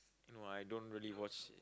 no I don't really watch